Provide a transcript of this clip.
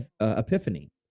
Epiphany